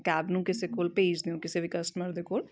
cab ਨੂੰ ਕਿਸੇ ਕੋਲ ਭੇਜਦੇ ਹੋ ਕਿਸੇ ਵੀ ਕਸਟਮਰ ਦੇ ਕੋਲ